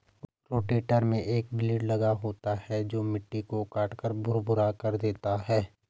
rotator में एक blade लगा होता है जो मिट्टी को काटकर भुरभुरा कर देता है